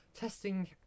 testing